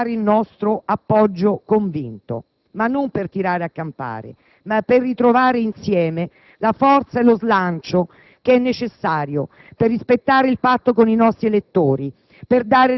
mancare il nostro appoggio convinto, ma non per tirare a campare bensì per ritrovare insieme la forza e lo slancio necessari per rispettare il patto con i nostri elettori,